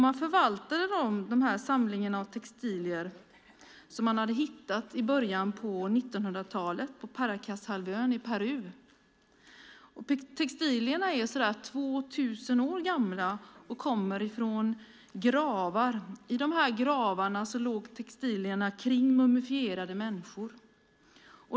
Man förvaltade den här samlingen av textilier som man hade hittat i början av 1900-talet på Paracashalvön i Peru. Textilierna är ca 2 000 år gamla. De kommer från gravar. I gravarna låg textilierna runt mumifierade människor.